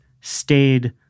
stayed